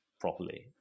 properly